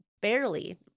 barely